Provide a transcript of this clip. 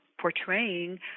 portraying